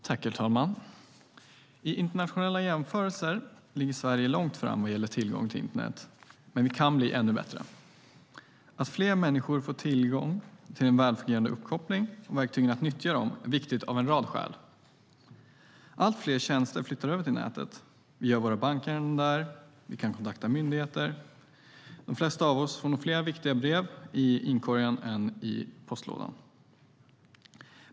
Herr talman! I internationella jämförelser ligger Sverige långt fram vad gäller tillgång till internet, men vi kan bli ännu bättre. Att fler människor får tillgång till en välfungerande uppkoppling och verktygen att nyttja den är viktigt av en rad skäl. Allt fler tjänster flyttar över till nätet. Vi gör våra bankärenden där, och vi kan kontakta myndigheter. De flesta av oss får nog fler viktiga brev i inkorgen än i postlådan.